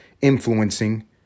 influencing